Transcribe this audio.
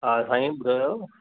हा साईं ॿुधायो